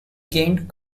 gained